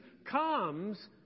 comes